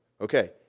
okay